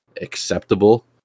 acceptable